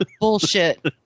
bullshit